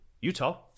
Utah